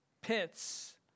pits